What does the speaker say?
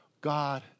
God